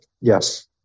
yes